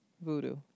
Voodoo